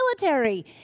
military